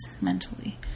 mentally